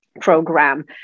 program